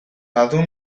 badu